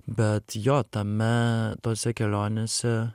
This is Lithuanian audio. bet jo tame tose kelionėse